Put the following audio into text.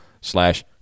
slash